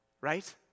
Right